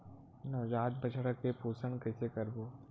नवजात बछड़ा के पोषण कइसे करबो?